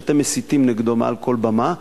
שאתם מסיתים נגדו מעל כל במה,